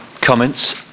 comments